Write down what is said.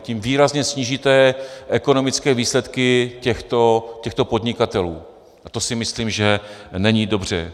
Tím výrazně snížíte ekonomické výsledky těchto podnikatelů a to si myslím, že není dobře.